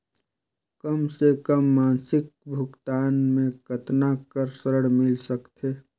कम से कम मासिक भुगतान मे कतना कर ऋण मिल सकथे?